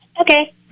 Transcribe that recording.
Okay